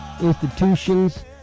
institutions